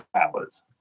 hours